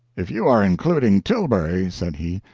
if you are including tilbury, said he,